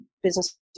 business